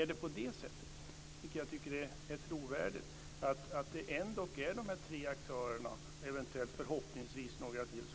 Är det på det sättet - vilket ändå är trovärdigt - att det är de tre aktörerna och förhoppningsvis några ytterligare